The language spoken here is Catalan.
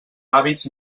hàbits